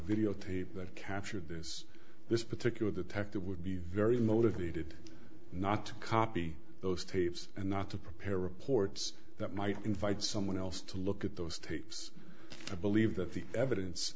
video tape that captured this this particular the tech there would be very motivated not to copy those tapes and not to prepare reports that might invite someone else to look at those tapes i believe that the evidence